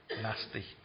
nasty